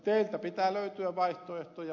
teiltä pitää löytyä vaihtoehtoja